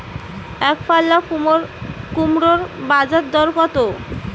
একপাল্লা কুমড়োর বাজার দর কত?